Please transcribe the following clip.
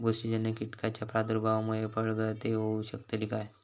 बुरशीजन्य कीटकाच्या प्रादुर्भावामूळे फळगळती होऊ शकतली काय?